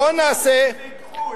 בוא, מי זה ייקחו?